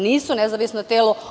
Nisu nezavisna tela.